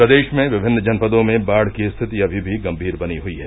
प्रदेश में विभिन्न जनपदों में बाढ़ की स्थिति अमी भी गंभीर बनी हुई है